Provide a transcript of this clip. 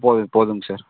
போதும் போதுங்க சார்